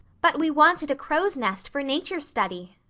but we wanted a crow's nest for nature study,